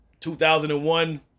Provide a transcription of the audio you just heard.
2001